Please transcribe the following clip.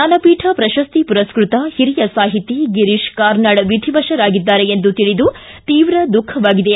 ಜ್ಞಾನಪೀಠ ಪ್ರಶಸ್ತಿ ಪುರಸ್ಟ್ರತ ಹಿರಿಯ ಸಾಹಿತಿ ಗಿರೀಶ್ ಕಾರ್ನಾಡ್ ವಿಧಿವಶರಾಗಿದ್ದಾರೆ ಎಂದು ತಿಳಿದು ತೀರ್ವ ದುಃಖ ವಾಗಿದೆ